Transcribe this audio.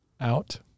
out